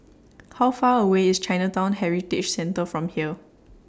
How Far away IS Chinatown Heritage Centre from here